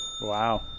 Wow